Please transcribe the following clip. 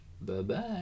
Bye-bye